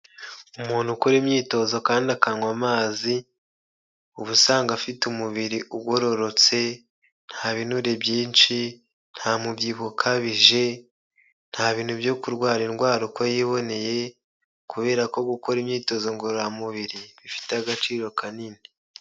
Umuntu ukora imyitozo kandi akanywa amazi, uba usanzwe afite umubiri ugororotse nta binure byinshi nta mubyibuho ukabije, nta bintu byo kurwara indwara uko yiboneye kubera ko gukora imyitozo ngororamubiri bifite agaciro kanini.